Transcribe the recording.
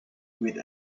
with